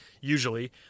usually